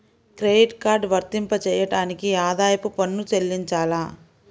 Credit card వర్తింపజేయడానికి ఆదాయపు పన్ను చెల్లించాలా?